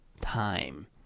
time